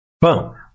Boom